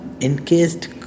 encased